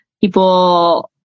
people